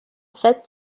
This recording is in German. fett